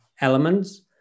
elements